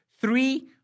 three